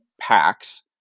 packs